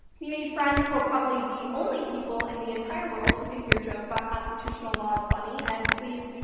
we made friends who are probably the only people in the entire world who think your joke about constitutional law's funny and, please,